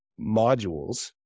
modules